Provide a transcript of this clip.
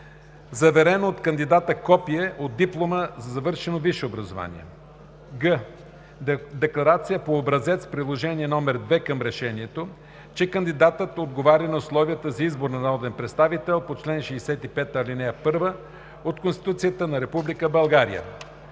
заверено от кандидата копие от диплома за завършено висше образование; г) декларация по образец – приложение № 2 към решението, че кандидатът отговаря на условията за избор на народен представител по чл. 65, ал. 1 от Конституцията на Република